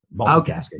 Okay